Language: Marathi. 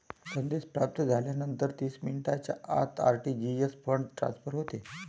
संदेश प्राप्त झाल्यानंतर तीस मिनिटांच्या आत आर.टी.जी.एस फंड ट्रान्सफर होते